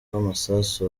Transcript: rw’amasasu